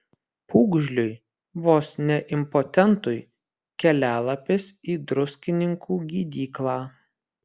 pūgžliui vos ne impotentui kelialapis į druskininkų gydyklą